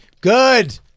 good